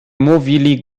mówili